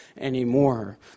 anymore